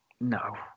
No